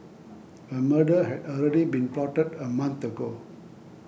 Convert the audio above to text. a murder had already been plotted a month ago